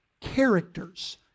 characters